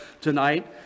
tonight